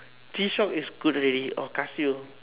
G-shock is good already or Casino